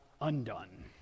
undone